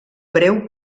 breu